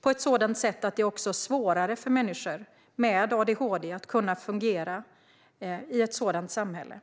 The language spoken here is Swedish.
på ett sätt som gör det svårare för människor med adhd att kunna fungera i samhället.